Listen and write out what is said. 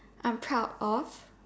I'm proud of